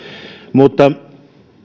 mutta